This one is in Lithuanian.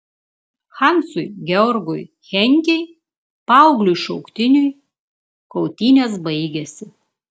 hansui georgui henkei paaugliui šauktiniui kautynės baigėsi